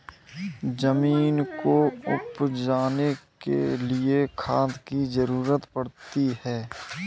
ज़मीन को उपजाने के लिए खाद की ज़रूरत पड़ती है